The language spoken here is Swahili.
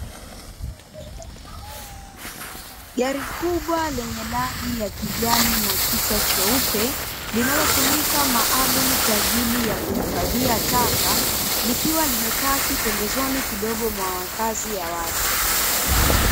Gari kubwa lenye rangi ya kijani na kichwa cheupe linalo tumika maalumu kwaajili ya kuhifadhia taka likiwa limepaki pembezoni kidogo mwa makazi ya watu.